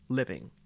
living